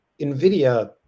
NVIDIA